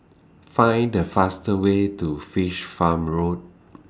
Find The faster Way to Fish Farm Road